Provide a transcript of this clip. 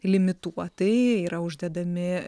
limituotai yra uždedami